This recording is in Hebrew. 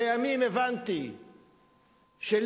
לימים הבנתי שלי,